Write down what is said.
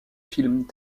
films